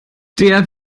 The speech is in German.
der